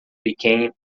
became